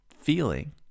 feeling